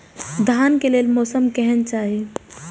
धान के लेल मौसम केहन चाहि?